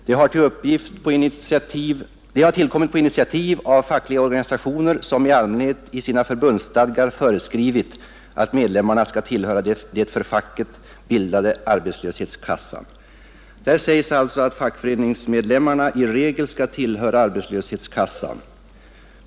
De har tillkommit på initiativ av fackliga organisationer, som i allmänhet i sina förbundsstadgar föreskrivit, att medlemmarna skall tillhöra den för facket bildade arbetslöshetskassan.” Där sägs alltså att fackföreningsmedlemmarna i regel skall tillhöra arbetslöshetskassan.